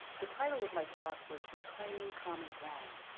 the title of my talk was reclaiming common ground.